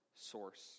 source